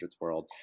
world